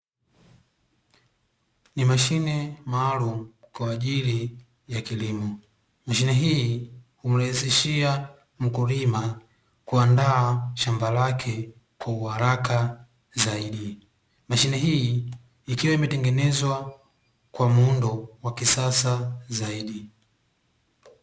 Ni mashine maalum kwa ajili ya kilimo, mashine hii humrahisishia mkulima kuandaa shamba lake kwa uharaka zaidi, mashine hii ikiwa imetengenezwa kwa muundo wa kisasa zaidi.